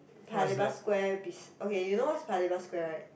Paya-Lebar Square besi~ okay you know what is Paya-Lebar Square right